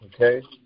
Okay